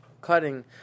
cutting